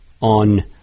on